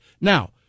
Now